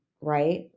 Right